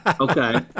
Okay